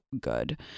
good